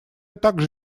также